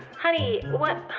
honey. what?